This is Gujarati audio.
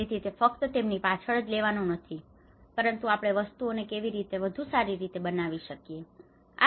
તેથી તે ફક્ત તેમની પાછળ જ લેવાનું નથી પરંતુ આપણે વસ્તુઓને કેવી રીતે વધુ સારી બનાવી શકીએ છીએ